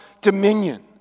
dominion